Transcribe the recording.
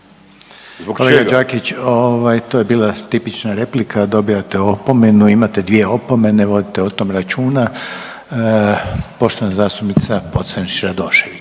Kolega Đakić to je bila tipična replika dobijate opomenu. Imate dvije opomene vodite o tom računa. Poštovana zastupnica Pocrnić Radošević.